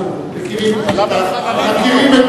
אנחנו מכירים את כל ההיסטוריה.